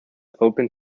open